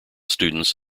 students